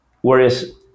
Whereas